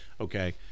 okay